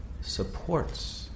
supports